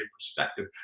perspective